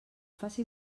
faci